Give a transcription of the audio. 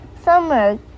summer